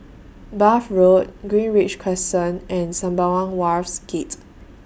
Bath Road Greenridge Crescent and Sembawang Wharves Gate